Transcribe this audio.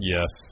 Yes